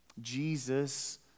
Jesus